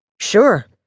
Sure